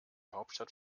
hauptstadt